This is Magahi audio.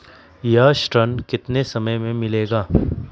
यह ऋण कितने समय मे मिलेगा?